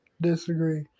disagree